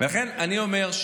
לא,